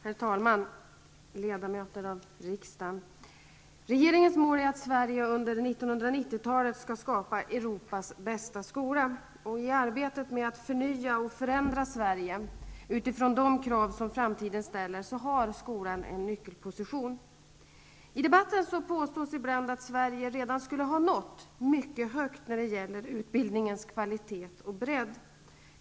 Herr talman, ledamöter av riksdagen! Regeringens mål är att Sverige under 1990-talet skall skapa Europas bästa skola. I arbetet med att förnya och förändra Sverige utifrån de krav som framtiden ställer har skolan en nyckelposition. I debatten påstås ibland att Sverige redan skulle ha nått mycket högt när det gäller utbildningens kvalitet och bredd.